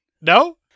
No